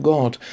God